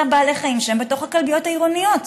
בעלי החיים שלהם בתוך הכלביות העירוניות.